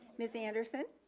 ms. anderson.